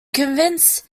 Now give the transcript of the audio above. convinced